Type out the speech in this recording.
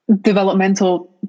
developmental